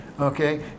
okay